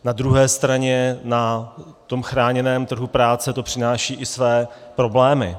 Na druhé straně na chráněném trhu práce to přináší i své problémy.